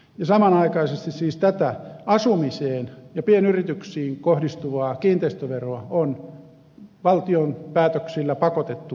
samanaikaisesti siis tätä asumiseen ja pienyrityksiin kohdistuvaa kiinteistöveroa on valtion päätöksillä pakotettu kuntia kiristämään